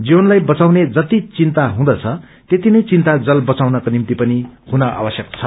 जीवनलाई वचाउने जति विन्ता हुदँछ त्यतिनै विन्ता जल बचाउनको निम्ति पनि हुन आवश्यक छ